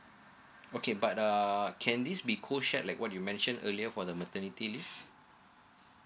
okay but err can this be co shared like what you mention earlier for the maternity leave